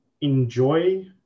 enjoy